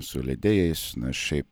su leidėjais nes šiaip